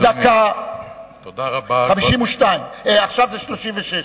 דקה, 52, עכשיו זה 36,